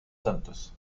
tantos